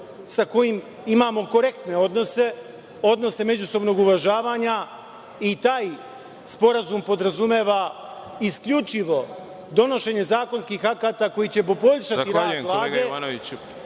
sa kojim imamo korektne odnose, odnose međusobnog uvažavanja. Taj sporazum podrazumeva isključivo donošenje zakonskih akata koji će poboljšati rad Vlade.